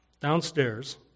downstairs